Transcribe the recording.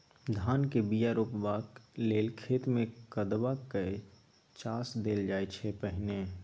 धानक बीया रोपबाक लेल खेत मे कदबा कए चास देल जाइ छै पहिने